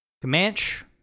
Comanche